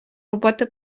роботи